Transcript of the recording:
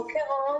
בוקר אור